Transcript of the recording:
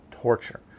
torture